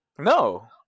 No